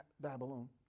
Babylon